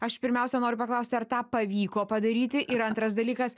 aš pirmiausia noriu paklausti ar tą pavyko padaryti ir antras dalykas